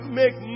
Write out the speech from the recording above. make